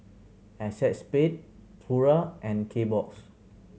Acexspade Pura and Kbox